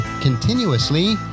continuously